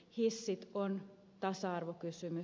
hissit ovat tasa arvokysymys